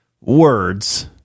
words